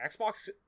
Xbox